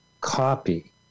copy